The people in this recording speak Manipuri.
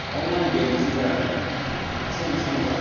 ꯑꯣꯟꯂꯥꯏꯟ ꯒꯦꯝ ꯑꯁꯤꯗ ꯑꯁꯦꯡ ꯑꯁꯦꯡꯕ